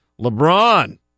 Lebron